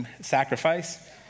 sacrifice